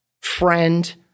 friend